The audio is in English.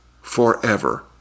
forever